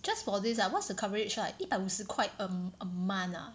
just for this lah what's the coverage like 一百五十块 a a month ah